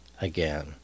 Again